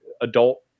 adult